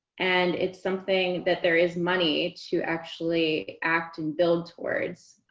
and it's something that there is money to actually act and build towards.